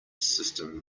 system